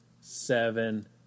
seven